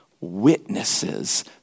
Witnesses